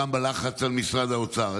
גם בלחץ על משרד האוצר.